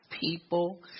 people